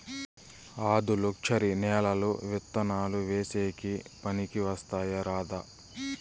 ఆధులుక్షరి నేలలు విత్తనాలు వేసేకి పనికి వస్తాయా రాదా?